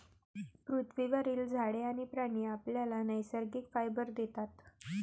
पृथ्वीवरील झाडे आणि प्राणी आपल्याला नैसर्गिक फायबर देतात